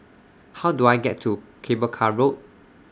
How Do I get to Cable Car Road